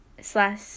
slash